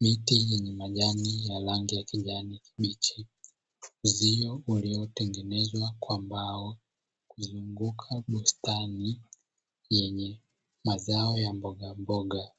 Miti yenye majani ya rangi ya kijani kibichi, uzio uliotengenezwa kwa mbao kuzunguka bustani yenye mazao ya mbogamboga